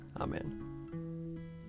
Amen